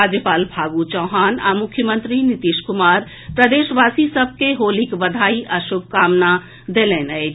राज्यपाल फागू चौहान आ मुख्यमंत्री नीतीश कुमार प्रदेशवासी सभ के होलीक बधाई आ शुभकामना देलनि अछि